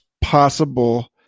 possible